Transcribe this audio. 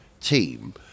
team